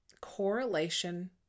Correlation